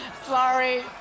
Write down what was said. Sorry